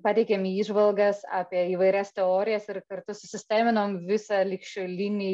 pateikėm įžvalgas apie įvairias teorijas ir kartu susisteminom visą ligšiolinį